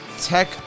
Tech